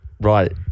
right